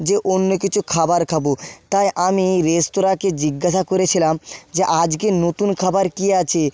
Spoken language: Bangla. যে অন্য কিছু খাবার খাবো তাই আমি রেস্তোরাঁকে জিজ্ঞাসা করেছিলাম যে আজকে নতুন খাবার কী আছে